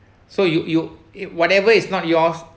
so you you it whatever is not yours